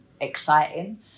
exciting